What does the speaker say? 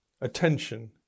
attention